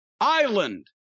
island